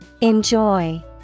Enjoy